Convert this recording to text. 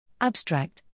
Abstract